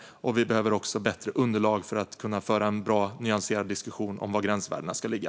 Vi behöver också bättre underlag för att kunna föra en bra och nyanserad diskussion om var gränsvärdena ska ligga.